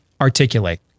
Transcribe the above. articulate